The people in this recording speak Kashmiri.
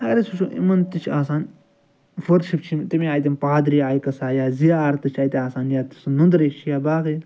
اَگر أسۍ وچھُو یِمَن تہِ چھِ آسان ؤرشِپ چھِ یِم تَمہِ آیہِ پادری آیہِ قصہٕ آیہِ یا زیارتہٕ چھِ اَتہِ آسان یا سُہ نُنٛدٕ ریٛوش چھُ یا باقٕے